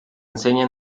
enseña